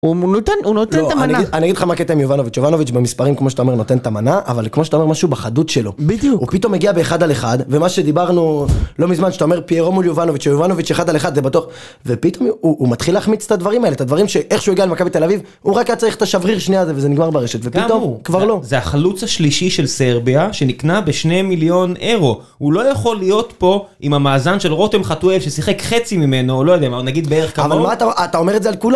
הוא נותן, הוא נותן את המנה. אני אגיד לך מה קטע עם יובנוביץ', יובנוביץ' במספרים, כמו שאתה אומר, נותן את המנה, אבל כמו שאתה אומר, משהו בחדות שלו. בדיוק. הוא פתאום מגיע באחד על אחד, ומה שדיברנו לא מזמן, שאתה אומר, פיירום מול יובנוביץ', שיובנוביץ' 1 על 1, זה בטוח, ופתאום הוא מתחיל להחמיץ את הדברים האלה. את הדברים שאיך שהוא הגיע למכבי תל אביב, הוא רק היה צריך את השבריר השני הזה וזה נגמר ברשת, ופתאום כבר לא. זה החלוץ השלישי של סרביה, שנקנה בשני מיליון אירו. הוא לא יכול להיות פה עם המאזן של רותם חתואף ששיחק חצי ממנו, או לא יודע, נגיד בערך כמוהו. אבל מה אתה אומר את זה על כולם?